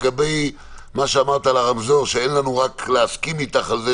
לגבי מה שאמרת על הרמזור שאין לנו רק להסכים איתך על זה